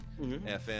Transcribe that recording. FM